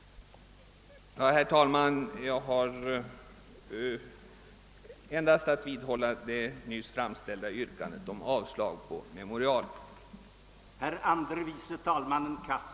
Herr talman! Jag har endast att vidhålla det nyss framställda yrkandet om avslag på bankoutskottets memorial.